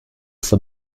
for